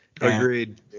Agreed